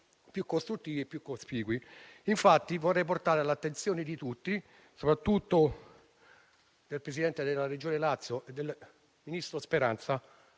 più costruttivi e più cospicui. Vorrei portare all'attenzione di tutti, soprattutto del Presidente della Regione Lazio e del ministro Speranza,